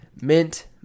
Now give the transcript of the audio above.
mint